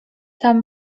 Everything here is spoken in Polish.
tam